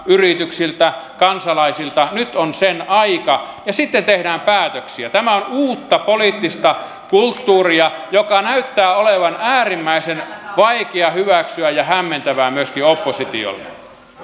yrityksiltä kansalaisilta nyt on sen aika ja sitten tehdään päätöksiä tämä on uutta poliittista kulttuuria joka näyttää olevan äärimmäisen vaikeaa hyväksyä ja hämmentävää myöskin oppositiolle